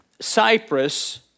Cyprus